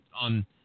on